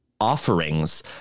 Offerings